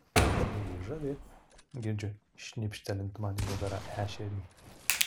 o ji žavi girdžiu šnipštelint man į nugarą ešerį